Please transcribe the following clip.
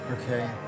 Okay